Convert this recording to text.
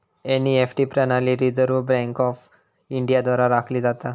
NEFT प्रणाली reserve bank of India द्वारा राखली जाता